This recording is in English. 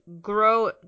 grow